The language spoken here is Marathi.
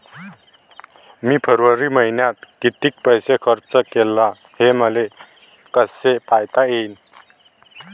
मी फरवरी मईन्यात कितीक पैसा खर्च केला, हे मले कसे पायता येईल?